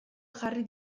jarri